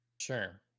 Sure